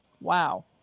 wow